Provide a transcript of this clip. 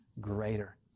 greater